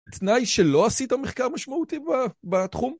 תנאי שלא עשית מחקר משמעותי בתחום?